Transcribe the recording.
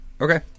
Okay